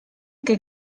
que